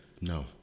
No